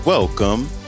Welcome